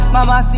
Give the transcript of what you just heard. Mama